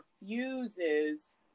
refuses